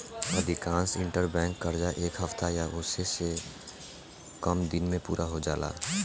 अधिकांश इंटरबैंक कर्जा एक हफ्ता या ओसे से कम दिन में पूरा हो जाला